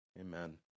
amen